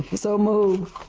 so moved?